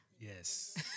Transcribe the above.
Yes